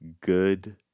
good